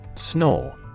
Snore